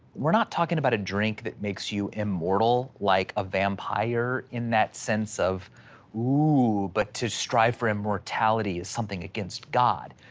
we're not talking about a drink that makes you immortal, like a vampire in that sense of whoo, but to strive for immortality is something against god.